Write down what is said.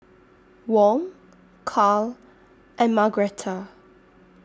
Wong Carl and Margretta